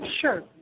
Sure